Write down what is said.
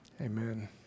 Amen